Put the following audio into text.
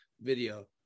video